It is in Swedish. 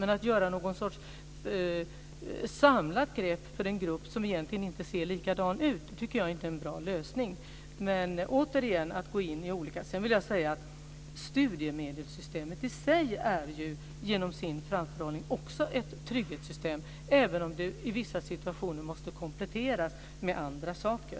Men att göra ett samlat grepp för en grupp som egentligen inte ser likadan ut är inte en bra lösning. Studiemedelssystemet är, genom sin framförhållning, också ett trygghetssystem, även om det i vissa situationer måste kompletteras med andra saker.